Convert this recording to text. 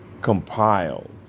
compiled